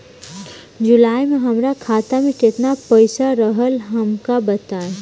जुलाई में हमरा खाता में केतना पईसा रहल हमका बताई?